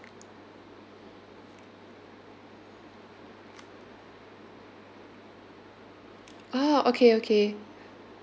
!wow! okay okay